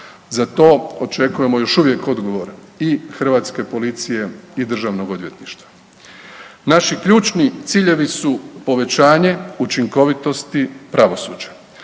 Za to očekujemo još uvijek odgovor i Hrvatske policije i Državnog odvjetništva. Naši ključni ciljevi su povećanje učinkovitosti pravosuđa.